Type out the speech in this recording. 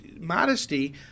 modesty